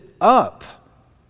up